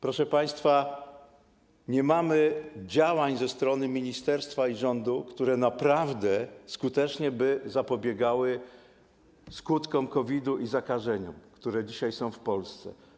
Proszę państwa, nie ma działań ze strony ministerstwa i rządu, które naprawdę skutecznie by zapobiegały skutkom COVID-u i zakażeniom, które dzisiaj są w Polsce.